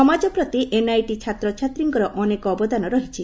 ସମାଜ ପ୍ରତି ଏନ୍ଆଇଟି ଛାତ୍ରଛାତ୍ରୀଙ୍କର ଅନେକ ଅବଦାନ ରହିଛି